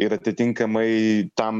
ir atitinkamai tam